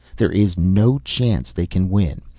there is no chance they can win.